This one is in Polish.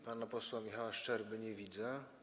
Pana posła Michała Szczerby nie widzę.